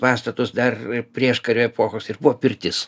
pastatus dar prieškario epochos ir buvo pirtis